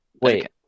Wait